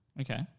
Okay